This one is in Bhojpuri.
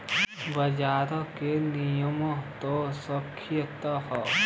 बाजार के नियमों त सख्त हौ